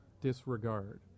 disregard